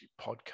podcast